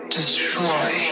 destroy